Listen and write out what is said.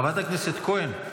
חברת הכנסת כהן,